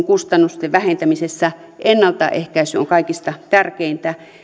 kustannusten vähentämisessä ennaltaehkäisy on kaikista tärkeintä